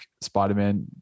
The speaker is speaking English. Spider-Man